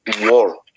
war